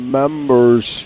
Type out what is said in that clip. members